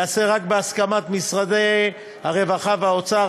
ייעשה רק בהסכמת משרדי הרווחה והאוצר.